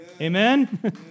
Amen